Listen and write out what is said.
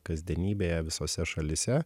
kasdienybėje visose šalyse